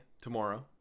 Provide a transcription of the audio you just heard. tomorrow